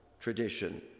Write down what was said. tradition